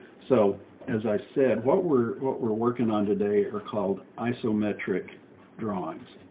so as i said, what we're, what we're working on today are called isometric drawings.